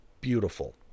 Beautiful